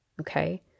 Okay